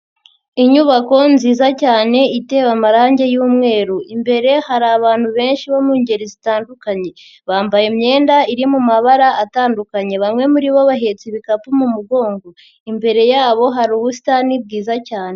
Inyubako nziza cyane itewe amarangi y'umweru, imbere hari abantu benshi bo mu ngeri zitandukanye, bambaye imyenda iri mu mabara atandukanye, bamwe muri bo bahetse ibikapu mu mugongo, imbere yabo hari ubusitani bwiza cyane.